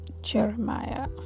Jeremiah